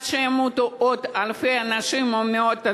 עד אז ימותו עוד אלפי אנשים או מאות אנשים.